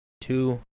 two